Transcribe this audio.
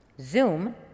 Zoom